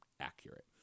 accurate